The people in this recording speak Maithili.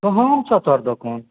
कहाँमे छौ तोहर दोकान